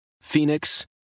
Phoenix